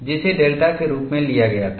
जिसे डेल्टा के रूप में लिया गया था